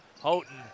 Houghton